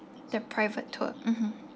the private tour mmhmm